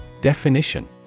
Definition